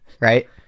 Right